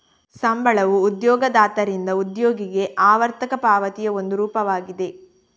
ಸಂಬಳವು ಉದ್ಯೋಗದಾತರಿಂದ ಉದ್ಯೋಗಿಗೆ ಆವರ್ತಕ ಪಾವತಿಯ ಒಂದು ರೂಪವಾಗಿದೆ